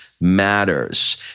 matters